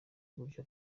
gutyo